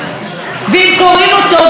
גם לא חוזרים עם תשובה שלילית,